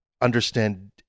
understand